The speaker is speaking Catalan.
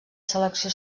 selecció